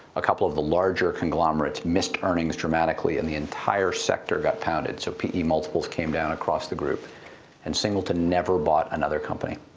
a couple of the larger conglomerates missed earnings dramatically and the entire sector got pounded. so pe multiples came down across the group and singleton never bought another company.